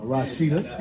Rashida